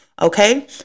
Okay